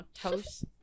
toast